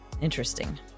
Interesting